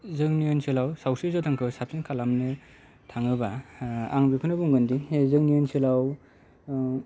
जोंनि ओनसोलाव सावस्रि जोथोनखौ साबसिन खालामनो थाङोबा आं बेखौनो बुंगोन दि जोंनि ओनसोलाव